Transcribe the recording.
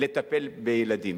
לטפל בילדים.